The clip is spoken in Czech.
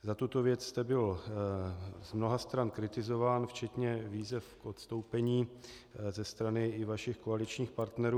Za tuto věc jste byl z mnoha stran kritizován včetně výzev k odstoupení ze strany i vašich koaličních partnerů.